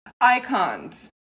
icons